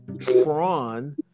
Prawn